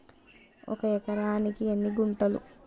ఒక ఎకరానికి ఎన్ని గుంటలు?